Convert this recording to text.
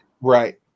Right